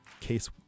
case